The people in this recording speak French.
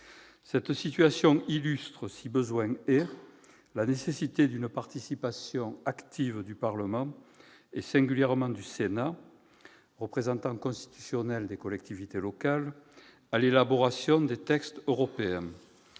Cette situation illustre, si besoin est, la nécessité d'une participation active du Parlement, et singulièrement du Sénat, représentant constitutionnel des collectivités locales, à l'élaboration des textes européens.